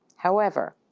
however,